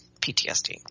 PTSD